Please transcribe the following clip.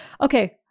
Okay